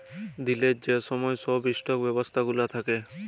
দিলের যে ছময় ছব ইস্টক ব্যবস্থা গুলা থ্যাকে